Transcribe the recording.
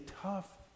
tough